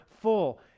full